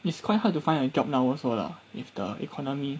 it's quite hard to find a job now also lah if the economy